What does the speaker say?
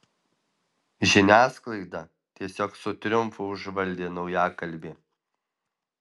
žiniasklaidą tiesiog su triumfu užvaldė naujakalbė